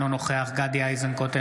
אינו נוכח גדי איזנקוט,